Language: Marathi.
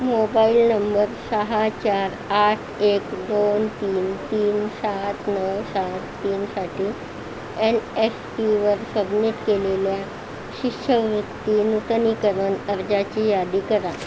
मोबाईल नंबर सहा चार आठ एक दोन तीन तीन सात नऊ सात तीनसाठी एन एस पीवर सबमिट केलेल्या शिष्यवृत्ती नूतनीकरण अर्जाची यादी करा